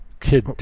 Kid